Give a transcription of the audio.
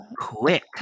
quick